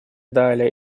далее